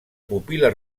pupil·la